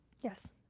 Yes